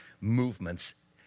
movements